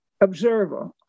observer